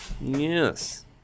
yes